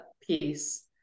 piece